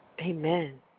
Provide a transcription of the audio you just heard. Amen